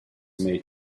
may